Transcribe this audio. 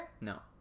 No